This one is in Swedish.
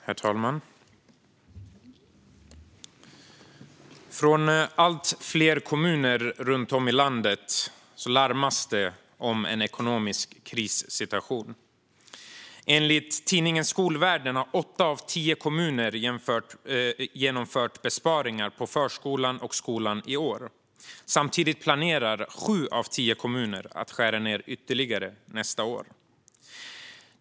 Herr talman! Från allt fler kommuner runt om i landet larmas det om en ekonomisk krissituation. Enligt tidningen Skolvärlden har åtta av tio kommuner genomfört besparingar på förskolan och skolan i år. Samtidigt planerar sju av tio kommuner att skära ned ytterligare nästa år.